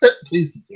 please